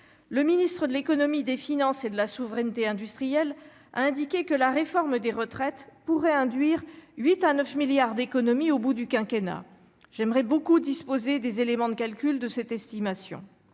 le ministre de l'Économie, des Finances et de la souveraineté industrielle, a indiqué que la réforme des retraites pourrait induire. 8 à 9 milliards d'économies au bout du quinquennat j'aimerais beaucoup disposer des éléments de calcul de cette estimation,